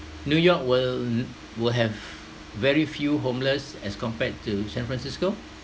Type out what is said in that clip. new york will will have very few homeless as compared to san francisco